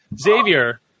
Xavier